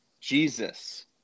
Jesus